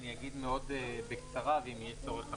אני אגיד מאוד בקצרה ואם יהיה צורך,